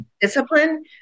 Discipline